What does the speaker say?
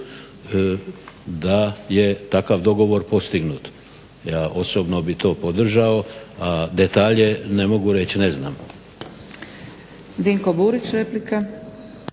da je takav dogovor postignut. Ja osobno bi to podržao, a detalje ne mogu reći, ne znam.